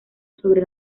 sobre